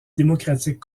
démocratique